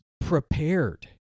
prepared